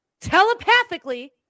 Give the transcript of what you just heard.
telepathically